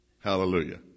Hallelujah